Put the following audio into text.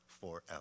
forever